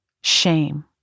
shame